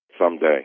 someday